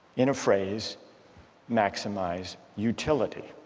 in a phrase maximize utility